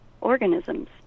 organisms